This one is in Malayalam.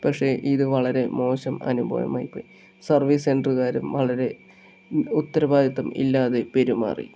പക്ഷെ ഇത് വളരെ മോശം അനുഭവം ആയി പോയി സർവീസ് സെൻറ്റർകാരും വളരെ ഉത്തരവാദിത്തം ഇല്ലാതെ പെരുമാറി